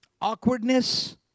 awkwardness